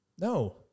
No